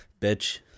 Bitch